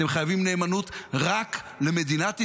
אתם חייבים נאמנות רק למדינת ישראל,